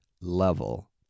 level